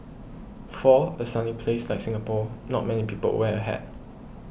for a sunny place like Singapore not many people wear a hat